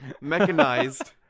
mechanized